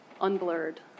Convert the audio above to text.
unblurred